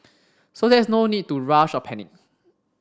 so there is no need to rush or panic